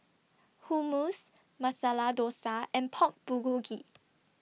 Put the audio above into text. Hummus Masala Dosa and Pork Bulgogi